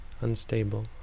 unstable